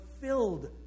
filled